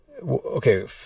Okay